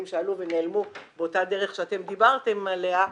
שעלו ונעלמו באותה דרך שאתם דיברתם עליה,